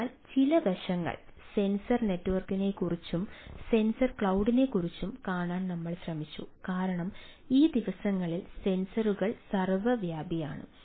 അതിനാൽ ചില വശങ്ങൾ സെൻസർ നെറ്റ്വർക്കിനെക്കുറിച്ചും സെൻസർ ക്ലൌഡിനെക്കുറിച്ചും കാണാൻ നമ്മൾ ശ്രമിച്ചു കാരണം ഈ ദിവസങ്ങളിൽ സെൻസറുകൾ സർവ്വവ്യാപിയാണ്